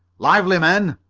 lively, men!